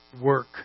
work